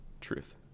truth